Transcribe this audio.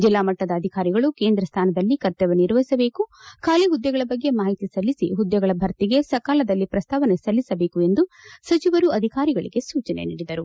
ಜಿಲ್ಲಾ ಮಟ್ಟದ ಅಧಿಕಾರಿಗಳು ಕೇಂದ್ರ ಸ್ಥಾನದಲ್ಲಿ ಕರ್ತವ್ಯ ನಿರ್ವಹಿಸಬೇಕು ಖಾಲಿ ಹುದ್ದೆಗಳ ಬಗ್ಗೆ ಮಾಹಿತಿ ಸಲ್ಲಿಸಿ ಹುದ್ದೆಗಳ ಭರ್ತಿಗೆ ಸಕಾಲದಲ್ಲಿ ಪ್ರುಸ್ತಾವನೆ ಸಲ್ಲಿಸಬೇಕು ಎಂದು ಸಚಿವರು ಅಧಿಕಾರಿಗಳಿಗೆ ಸೂಚನೆ ನೀಡಿದರು